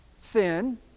sin